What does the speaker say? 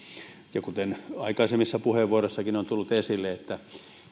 kuten aikaisemmissa puheenvuoroissakin on tullut esille